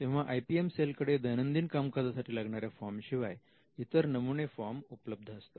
तेव्हा I P M सेलकडे दैनंदिन कामकाजासाठी लागणाऱ्या फॉर्म शिवाय इतर नमुने फॉर्म उपलब्ध असतात